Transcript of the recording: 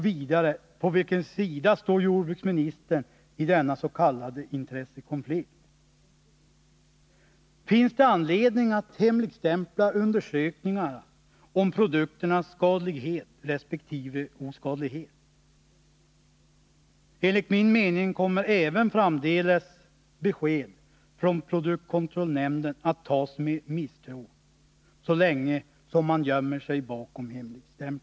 Vidare: På vilken sida står jordbruksministern i denna s.k. intressekonflikt? Finns det anledning att hemligstämpla undersökningar om produkternas skadlighet resp. oskadlighet? Enligt min mening kommer även framdeles besked från produktkontrollnämnden att tas emot med misstro, så länge som man gömmer sig bakom hemligstämpeln.